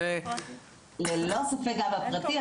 ללא ספק גם בפרטי,